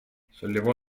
sollevò